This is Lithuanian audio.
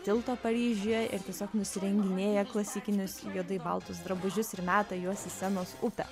tilto paryžiuje ir tiesiog nusirenginėja klasikinius juodai baltus drabužius ir meta juos į senos upę